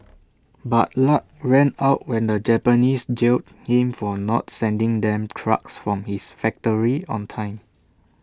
but luck ran out when the Japanese jailed him for not sending them trucks from his factory on time